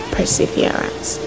Perseverance